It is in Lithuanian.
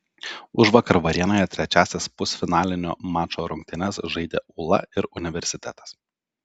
užvakar varėnoje trečiąsias pusfinalinio mačo rungtynes žaidė ūla ir universitetas